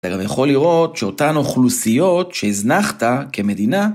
זה גם יכול לראות שאותן אוכלוסיות שהזנחת כמדינה